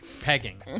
Pegging